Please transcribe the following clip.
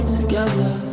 together